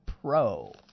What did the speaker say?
pro